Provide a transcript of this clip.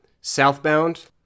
southbound